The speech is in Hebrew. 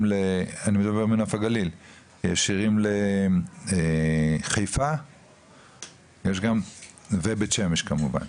ישירים לחיפה ולבית שמש כמובן,